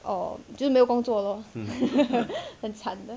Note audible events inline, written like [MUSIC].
err 就没有工作 lor [LAUGHS] 很惨的